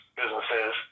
businesses